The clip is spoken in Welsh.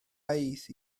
aeth